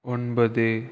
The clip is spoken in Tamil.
ஒன்பது